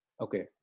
Okay